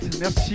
merci